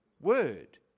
word